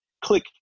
click